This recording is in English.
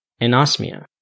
anosmia